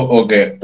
okay